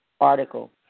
article